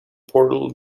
portal